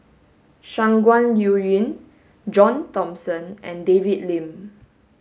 Shangguan Liuyun John Thomson and David Lim